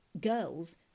Girls